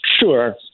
Sure